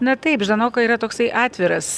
na taip ždanoka yra toksai atviras